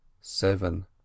seven